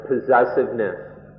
possessiveness